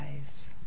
eyes